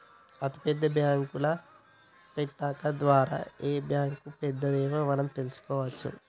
అతిపెద్ద బ్యేంకుల పట్టిక ద్వారా ఏ బ్యాంక్ పెద్దదో మనం తెలుసుకోవచ్చు